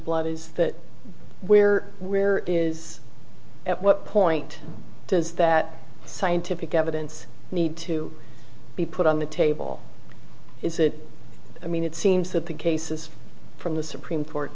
blood is that where where is at what point does that scientific evidence need to be put on the table is it i mean it seems that the cases from the supreme court